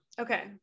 Okay